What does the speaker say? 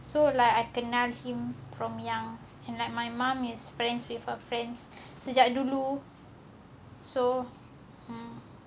so like I kenal him from young and like my mum is friends with her friends sejak dulu so mm